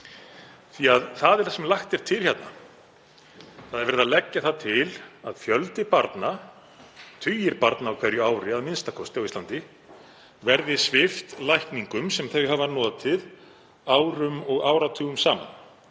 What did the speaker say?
því að það er það sem lagt er til hérna. Það er verið að leggja það til að fjöldi barna, tugir barna á hverju ári a.m.k. á Íslandi, verði svipt lækningum sem þau hafa notið árum og áratugum saman,